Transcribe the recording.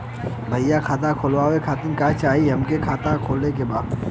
भईया खाता खोले खातिर का चाही हमके खाता खोले के बा?